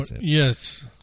Yes